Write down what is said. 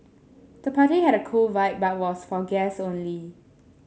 the party had a cool vibe but was for guests only